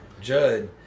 Judd